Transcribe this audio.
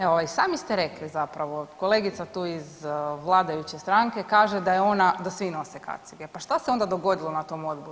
Evo i sami ste rekli zapravo, kolegica tu i vladajuće stranke kaže da je ona, da svi nose kacige, pa što se onda dogodilo na tom odboru.